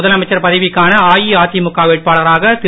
முதலமைச்சர் பதவிக்கான அஇஅதிமுக வேட்பாளராக திரு